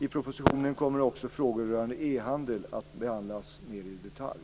I propositionen kommer också frågor rörande e-handel att behandlas mer i detalj.